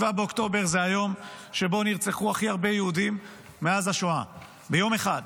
7 באוקטובר זה היום שבו נרצחו הכי הרבה יהודים מאז השואה ביום אחד,